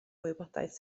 wybodaeth